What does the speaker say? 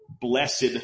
blessed